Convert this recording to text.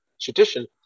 tradition